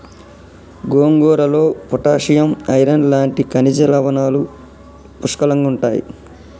గోంగూరలో potassium, iron లాంటి ఖనిజ లవణాలు పుష్కలంగుంటాయి